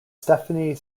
stephanie